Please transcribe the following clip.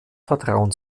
vertrauen